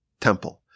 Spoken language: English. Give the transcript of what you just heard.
temple